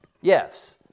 yes